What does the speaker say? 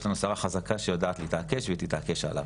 יש לנו שרה חזקה שיודעת להתעקש והיא תתעקש עליו.